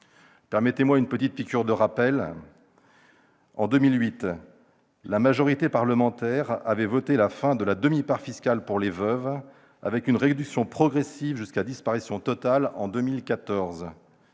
Permettez-moi cette petite piqûre de rappel, mes chers collègues. En 2008, la majorité parlementaire avait voté la fin de la demi-part fiscale pour les veuves, avec une réduction progressive jusqu'à sa disparition totale en 2014.